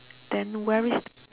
then where is